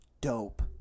dope